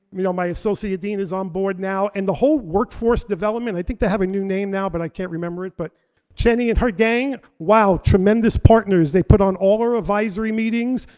you know my associate dean is on board now. and the whole workforce development, i think they have a new name now, but i can't remember it. but sheneui and her gang, wow, tremendous partners. they put on all our advisory meetings.